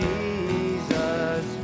Jesus